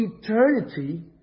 eternity